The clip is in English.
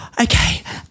Okay